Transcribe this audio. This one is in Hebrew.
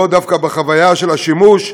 לא דווקא בחוויה של השימוש,